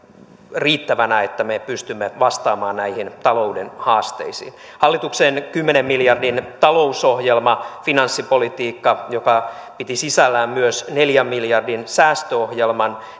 riittävänä että me pystymme vastaamaan näihin talouden haasteisiin hallituksen kymmenen miljardin talousohjelma finanssipolitiikka joka piti sisällään myös neljän miljardin säästöohjelman